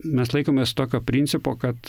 mes laikomės tokio principo kad